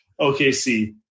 OKC